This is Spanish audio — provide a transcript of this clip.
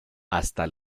hasta